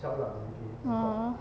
ah ah